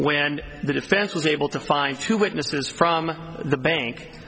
when the defense was able to find two witnesses from the bank